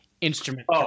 instrument